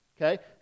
Okay